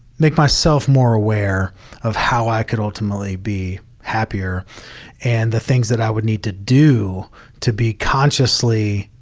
make myself more aware of how i could ultimately be happier and the things that i would need to do to be consciously